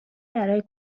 برای